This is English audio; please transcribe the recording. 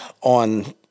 on